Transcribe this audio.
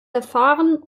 erfahren